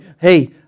Hey